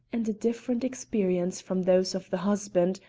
and a different experience from those of the husband,